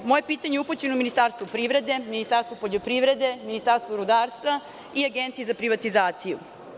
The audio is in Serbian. Moje pitanje je upućeno Ministarstvu privrede, Ministarstvu poljoprivrede, Ministarstvu rudarstva i Agenciji za privatizaciju.